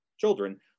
children